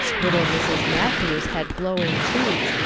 little mrs. matthews had glowing cheeks,